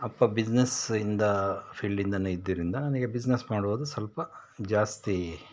ಅಪ್ಪ ಬಿಸ್ನೆಸ್ ಇಂದ ಫೀಲ್ಡಿಂದನೇ ಇದ್ದಿದ್ರಿಂದ ನನಗೆ ಬಿಸ್ನೆಸ್ ಮಾಡುವುದು ಸ್ವಲ್ಪ ಜಾಸ್ತಿ